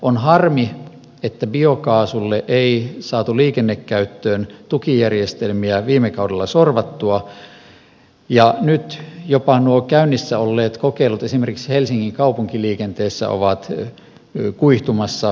on harmi että biokaasulle ei saatu liikennekäyttöön tukijärjestelmiä viime kaudella sorvattua ja nyt jopa nuo käynnissä olleet kokeilut esimerkiksi helsingin kaupunkiliikenteessä ovat kuihtumassa kasalle